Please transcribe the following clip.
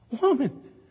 woman